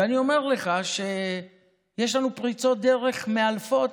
ואני אומר לך שיש לנו פריצות דרך מאלפות.